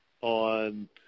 on